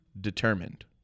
determined